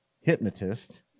hypnotist